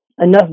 enough